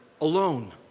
alone